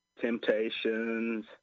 Temptations